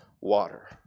water